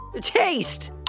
Taste